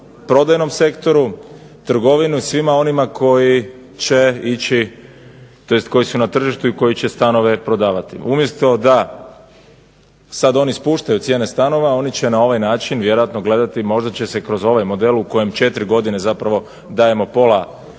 prodajnom sektoru, trgovini i svima onima koji su na tržištu i koji će stanove prodavati. Umjesto da sada oni spuštaju cijene stanova oni će na ovaj način gledati možda će se i kroz ovaj model u kojem 4 godine zapravo dajemo pola